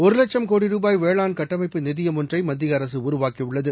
ஒரு லட்சம் கோடி ரூபாய் வேளாண் கட்டமைப்பு நிதியம் ஒன்றை மத்திய அரசு உருவாக்கியுள்ளது